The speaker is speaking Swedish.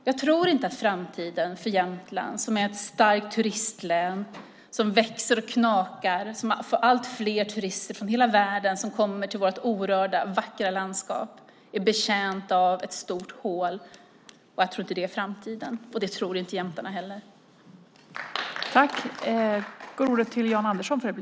Jag tror inte att Jämtland, som är ett starkt turistlän, som växer så det knakar, som har allt fler turister från hela världen som kommer till det orörda och vackra landskapet, är betjänt av ett stort hål. Jag tror inte att det är framtiden, och det tror inte heller jämtarna.